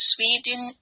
Sweden